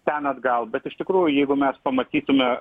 ten atgal bet iš tikrųjų jeigu mes pamatytume